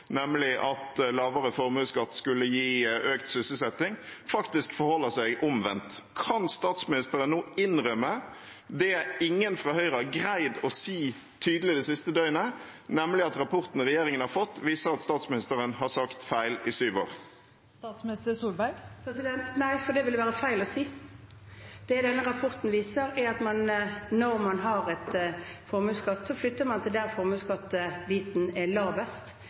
nemlig at lavere formuesskatt skulle gi økt sysselsetting, forholder det seg faktisk omvendt. Kan statsministeren nå innrømme det ingen fra Høyre har greid å si tydelig det siste døgnet, nemlig at rapporten regjeringen har fått, viser at statsministeren har sagt feil i syv år? Nei, for det ville være feil å si. Det denne rapporten viser, er at når man har formuesskatt, flytter man til der formuesskattebiten er lavest.